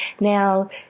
Now